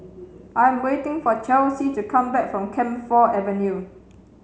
I am waiting for Chelsey to come back from Camphor Avenue